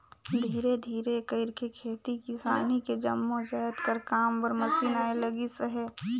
धीरे धीरे कइरके खेती किसानी के जम्मो जाएत कर काम बर मसीन आए लगिस अहे